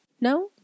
No